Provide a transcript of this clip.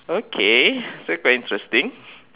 okay very interesting